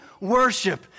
worship